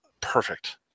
Perfect